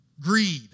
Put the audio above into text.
Greed